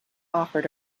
offered